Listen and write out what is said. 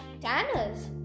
tanners